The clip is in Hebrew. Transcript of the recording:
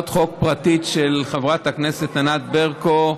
פרטית של חברת הכנסת ענת ברקו,